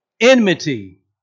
Enmity